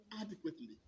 adequately